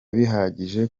bihagije